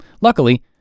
Luckily